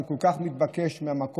זה כל כך מתבקש מהמקום,